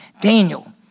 Daniel